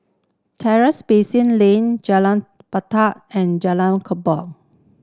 Basin Lane Jalan and Jalan Kubor